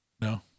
No